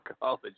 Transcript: college